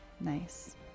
Nice